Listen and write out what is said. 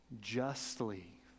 Justly